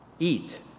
Eat